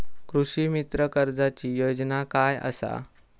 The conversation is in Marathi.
कृषीमित्र कर्जाची योजना काय असा?